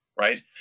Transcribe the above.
right